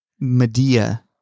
Medea